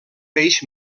peix